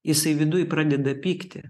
jisai viduj pradeda pykti